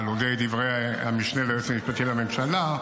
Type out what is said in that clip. על דברי המשנה ליועץ המשפטי לממשלה,